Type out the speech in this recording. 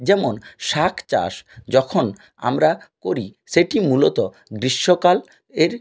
যেমন শাক চাষ যখন আমারা করি সেটি মূলত গ্রীষ্মকালের